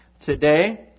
today